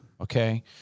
Okay